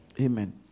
Amen